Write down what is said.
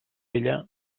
ella